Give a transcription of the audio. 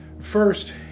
First